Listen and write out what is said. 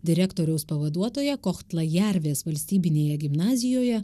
direktoriaus pavaduotoja kohtla jervės valstybinėje gimnazijoje